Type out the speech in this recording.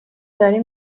داری